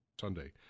Sunday